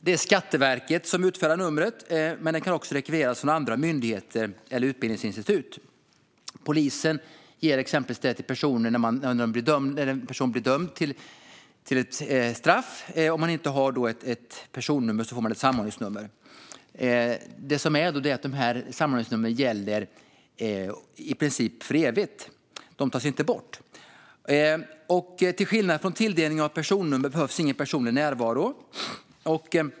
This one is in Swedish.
Det är Skatteverket som utfärdar numret, men det kan också rekvireras från andra myndigheter eller utbildningsinstitut. Exempelvis kan polisen ge det till en person som blir dömd till straff och inte har personnummer. Samordningsnumren gäller i princip för evigt; de tas inte bort. Till skillnad från när det gäller tilldelning av personnummer behövs ingen personlig närvaro.